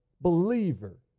believer